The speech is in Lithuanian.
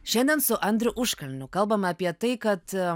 šiandien su andriu užkalniu kalbam apie tai kad